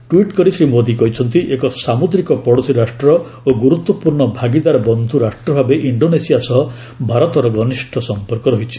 tweet କରି ଶ୍ରୀ ମୋଦୀ କହିଛନ୍ତି ଏକ ସାମୁଦ୍ରିକ ପଡ଼ୋଶୀ ରାଷ୍ଟ୍ର ଓ ଗୁରୁତ୍ୱପୂର୍ଣ୍ଣ ଭାଗିଦାର ବନ୍ଧୁ ରାଷ୍ଟ୍ର ଭାବେ ଇଷ୍ଡୋନେସିଆ ସହ ଭାରତର ଘନିଷ୍ଠ ସମ୍ପର୍କ ରହିଛି